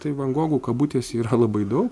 tai van gogų kabutėse yra labai daug